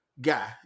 guy